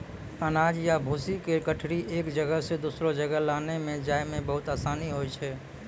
अनाज या भूसी के गठरी एक जगह सॅ दोसरो जगह लानै लै जाय मॅ बहुत आसानी होय छै